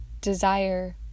desire